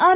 R